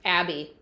Abby